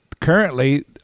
currently